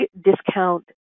discount